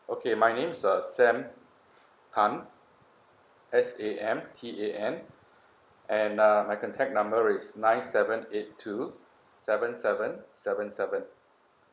okay my name is uh sam tan S A M T A N and uh my contact number is nine seven eight two seven seven seven seven